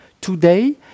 Today